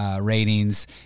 ratings